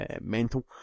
mental